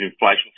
inflation